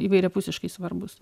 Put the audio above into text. įvairiapusiškai svarbūs